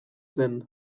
zen